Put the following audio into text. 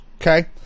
Okay